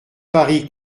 paris